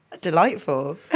Delightful